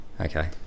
Okay